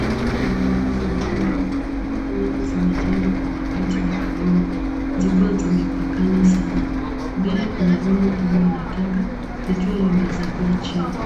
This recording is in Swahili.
Eneo la makazi duni, nyumba nyingi zimejengwa kwa mabati, na udongo, zikiwa zimepakana sana. Mbele kuna rundo kubwa la taka, likiwa limezagaa chini.